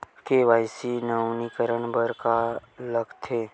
KYC नवीनीकरण बर का का लगथे?